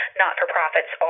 not-for-profits